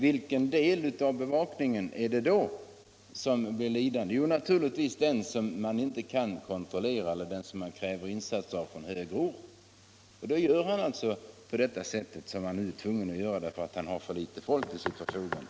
Vilken del av bevakningen är det då som blir lidande? Jo, naturligtvis den som man inte kan kontrollera eller den som man inte kräver insatser i från högre ort. Då gör han vad han är tvungen att göra, eftersom han har så litet folk till sitt förfogande.